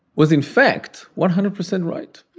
was in fact, one hundred percent right